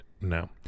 No